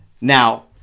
Now